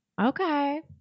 Okay